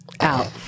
Out